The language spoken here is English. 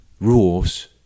rules